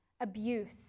abuse